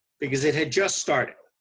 because it had just started.